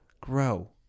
Grow